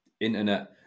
internet